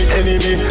enemy